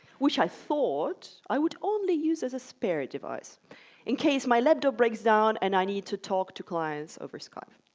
which, i thought, i would only use as a spare device in case my laptop breaks down and i need to talk to clients over skype.